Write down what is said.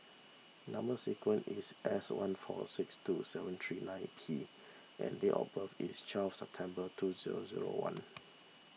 Number Sequence is S one four six two seven three nine P and date of birth is twelve September two zero zero one